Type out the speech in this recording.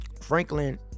Franklin